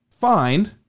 fine